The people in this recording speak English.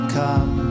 come